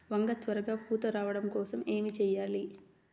వంగ త్వరగా పూత రావడం కోసం ఏమి చెయ్యాలి?